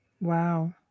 Wow